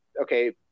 okay